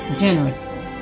generously